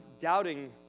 doubting